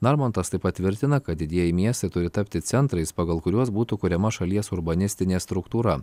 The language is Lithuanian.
narmontas taip pat tvirtina kad didieji miestai turi tapti centrais pagal kuriuos būtų kuriama šalies urbanistinė struktūra